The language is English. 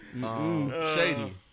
Shady